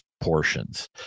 portions